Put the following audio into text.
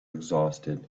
exhausted